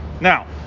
Now